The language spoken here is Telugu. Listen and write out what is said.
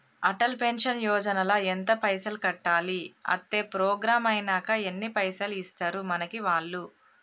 అటల్ పెన్షన్ యోజన ల ఎంత పైసల్ కట్టాలి? అత్తే ప్రోగ్రాం ఐనాక ఎన్ని పైసల్ ఇస్తరు మనకి వాళ్లు?